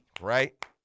Right